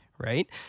Right